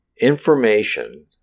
information